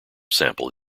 sample